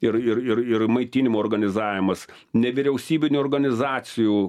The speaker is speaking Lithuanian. ir ir ir ir maitinimo organizavimas nevyriausybinių organizacijų